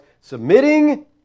submitting